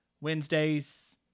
Wednesdays